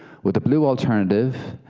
with the blue alternative,